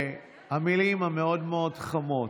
מהמילים המאוד-מאוד חמות.